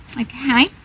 okay